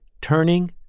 Turning